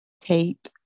tape